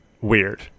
weird